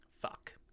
fuck